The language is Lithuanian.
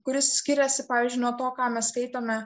kuris skiriasi pavyzdžiui nuo to ką mes skaitome